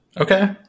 Okay